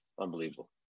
unbelievable